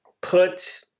put